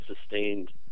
sustained